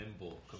nimble